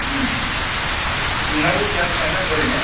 नोंना बैसोआ बेसेबां जाखो ओरैनो